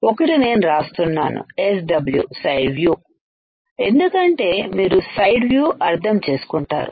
ఒకటి నేను రాస్తున్నాను swసైడ్ వ్యూఎందుకంటే మీరు సైడ్ వ్యూఅర్థం చేసుకుంటారు